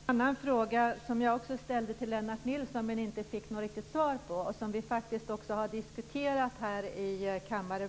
Herr talman! Jag har en annan fråga som jag också ställde till Lennart Nilsson men inte riktigt fick svar på. Vi har diskuterat den frågan tidigare i kammaren.